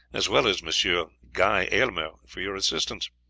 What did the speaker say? as well as monsieur guy aylmer, for your assistance.